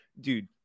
dude